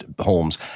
homes